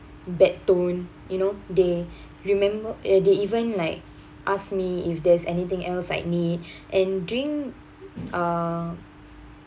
bad tone you know they remember they even like ask me if there's anything else like need and drink uh